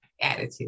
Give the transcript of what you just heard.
attitude